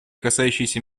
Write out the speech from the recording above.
касающиеся